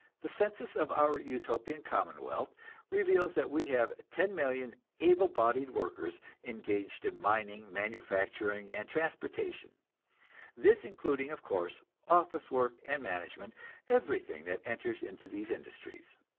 the census of our utopian commonwealth reveals that we have ten million able-bodied workers engaged in mining, manufacturing, and transportation this including, of course, office-work and management everything that enters into these industries.